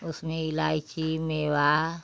उसमें इलाइची मेवा